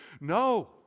No